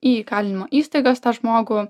į įkalinimo įstaigas tą žmogų